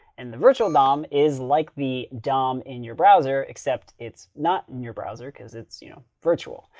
and the virtual dom is like the dom in your browser, except it's not in your browser because it's you know virtual.